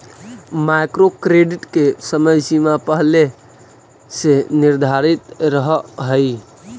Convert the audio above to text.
micro credit के समय सीमा पहिले से निर्धारित रहऽ हई